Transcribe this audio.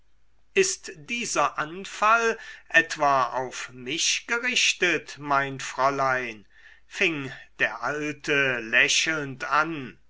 ist dieser anfall etwa auf mich gerichtet mein fräulein fing der alte lächelnd an